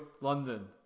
London